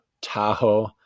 Tahoe